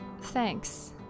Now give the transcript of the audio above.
Thanks